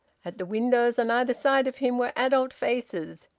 at the windows on either side of him were adult faces,